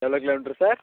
எவ்வளோ kilometre sir